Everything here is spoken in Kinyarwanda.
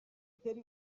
terry